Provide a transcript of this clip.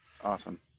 Awesome